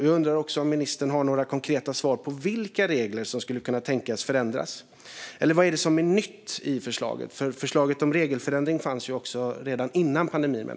Jag undrar också om ministern har några konkreta svar på vilka regler som skulle kunna tänkas förändras. Eller vad är det som är nytt i förslaget? Förslaget om regelförenkling fanns nämligen även innan pandemin.